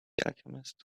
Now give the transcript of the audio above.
alchemist